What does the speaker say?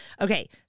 Okay